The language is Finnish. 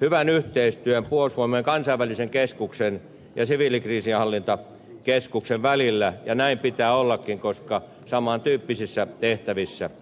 hyvän yhteistyön puolustusvoimien kansainvälisen keskuksen ja siviilikriisinhallintakeskuksen välillä ja näin pitää ollakin koska saman tyyppisissä tehtävissä toimitaan